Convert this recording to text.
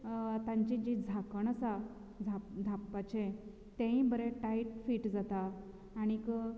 तांचीं जी झांकण आसा धापपाचें तेयी बरें टायट फीट जाता आनीक